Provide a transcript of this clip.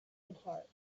depart